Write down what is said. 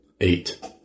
Eight